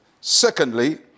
Secondly